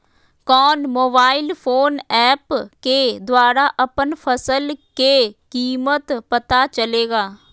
कौन mobile phone app के द्वारा अपन फसल के कीमत पता चलेगा?